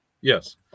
Yes